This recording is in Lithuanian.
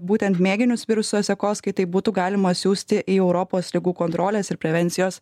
būtent mėginius viruso sekoskaitai būtų galima siųsti į europos ligų kontrolės ir prevencijos